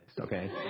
okay